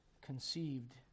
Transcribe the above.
conceived